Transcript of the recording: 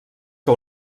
que